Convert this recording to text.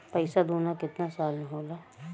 पैसा दूना कितना साल मे होला?